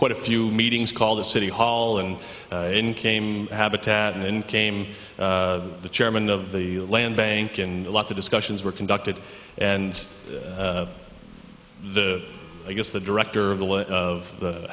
quite a few meetings called the city hall and in came habitat and then came the chairman of the land bank and lots of discussions were conducted and the i guess the director of the of the